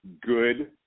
good